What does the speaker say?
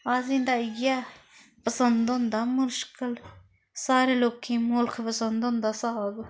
असें तां इ'यै पंसद होंदा मुश्कल साढ़े लोके मुल्ख पंसद होंदा साग